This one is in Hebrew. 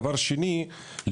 דבר שני,